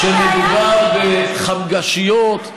כשמדובר בחמגשיות,